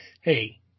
Hey